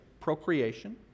procreation